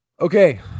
Okay